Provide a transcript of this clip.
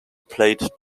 played